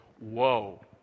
Whoa